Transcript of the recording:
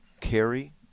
carry